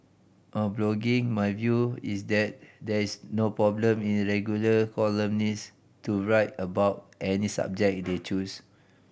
on blogging my view is that there's no problem in regular columnist to write about any subject they choose